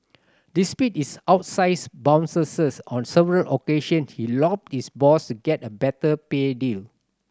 despite his outsize bonuses on several occasion he lobbied his boss to get a better pay deal